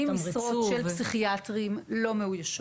80 משרות של פסיכיאטרים לא מאוישות.